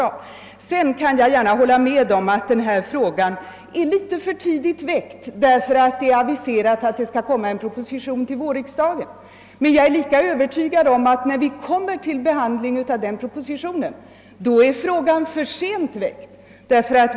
För övrigt kan jag gärna hålla med om att denna fråga är litet för tidigt väckt eftersom det aviserats att det skall framläggas en proposition till vårriksdagen, men jag är lika övertygad om att frågan kan anses för sent väckt när vi kommer till behandlingen av propositionen.